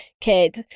kid